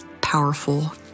powerful